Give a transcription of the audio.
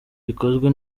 bikozwe